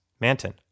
Manton